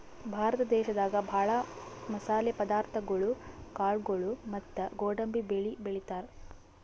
ಭಾರತ ದೇಶದಾಗ ಭಾಳ್ ಮಸಾಲೆ ಪದಾರ್ಥಗೊಳು ಕಾಳ್ಗೋಳು ಮತ್ತ್ ಗೋಡಂಬಿ ಬೆಳಿ ಬೆಳಿತಾರ್